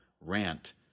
rant